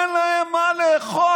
אין להם מה לאכול.